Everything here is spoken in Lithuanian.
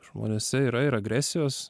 žmonėse yra ir agresijos